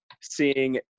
seeing